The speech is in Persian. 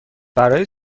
برای